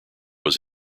was